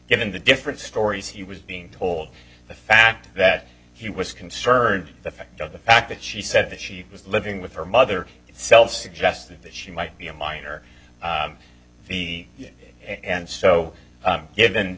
given the different stories he was being told the fact that he was concerned the fact of the fact that she said that she was living with her mother self suggested that she might be a minor fee and so given